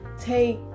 take